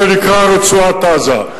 שנקרא רצועת-עזה.